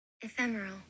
ephemeral